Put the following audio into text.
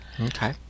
Okay